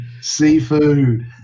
Seafood